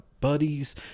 buddies